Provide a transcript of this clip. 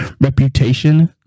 reputation